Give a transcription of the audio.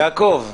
יעקב,